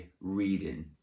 reading